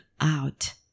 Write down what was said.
out